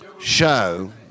show